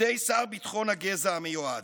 בידי שר ביטחון הגזע המיועד.